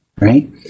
right